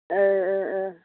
ओह ओह ओह